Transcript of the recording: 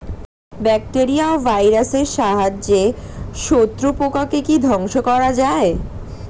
Bacteria ও ভাইরাসের সাহায্যে শত্রু পোকাকে কি ধ্বংস করা যায়?